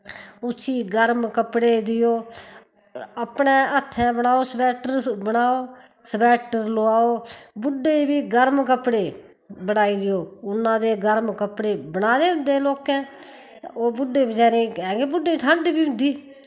उस्सी गर्म कपड़े देओ अपनै हत्थैं बनाओ सवैटर बनाओ सवैटर लोआओ बुड्डें बी गर्म कपड़े बनाई देओ उन्ना दे गर्म कपड़े बनादे हुंदे लोकैं ओह् बुड्डे बचारे कैंह कि बुड्डें ठण्ड बी हुंदी